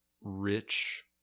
rich